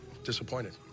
Disappointed